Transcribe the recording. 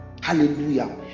Hallelujah